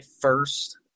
first